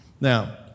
Now